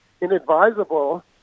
inadvisable